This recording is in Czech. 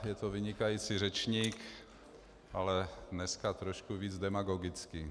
Je to vynikající řečník, ale dneska trošku víc demagogický.